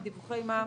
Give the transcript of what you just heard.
על דיווחי מע"מ.